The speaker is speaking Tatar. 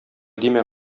димә